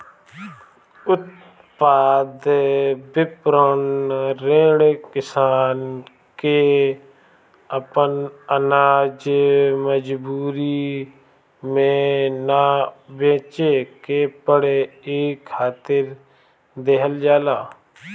उत्पाद विपणन ऋण किसान के आपन आनाज मजबूरी में ना बेचे के पड़े इ खातिर देहल जाला